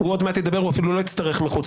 אנחנו לא ניתן לכם, ועל זה נצא